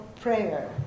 prayer